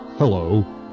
Hello